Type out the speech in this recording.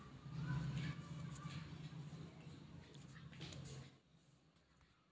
ನಮ್ ದೋಸ್ತ್ ಮ್ಯುಚುವಲ್ ಫಂಡ್ನಾಗ್ ಹತ್ತ ಸಾವಿರ ರುಪಾಯಿ ರೊಕ್ಕಾ ಹಾಕ್ಯಾನ್